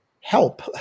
help